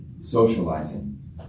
socializing